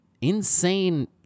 insane